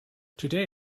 today